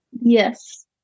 Yes